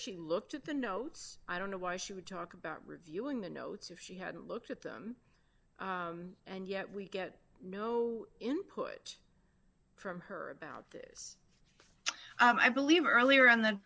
she looked at the notes i don't know why she would talk about reviewing the notes if she had looked at them and yet we get no input from her about this i believe earlier on the